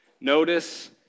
Notice